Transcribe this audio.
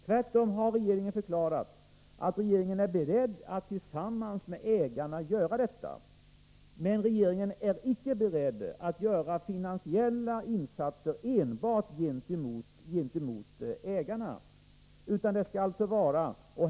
Tvärtom har regeringen förklarat sig beredd att tillsammans med ägarna göra detta. Men regeringen är inte beredd att göra finansiella insatser enbart gentemot ägarna.